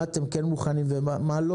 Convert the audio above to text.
מה אתם כן מוכנים ומה לא